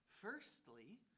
Firstly